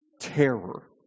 terror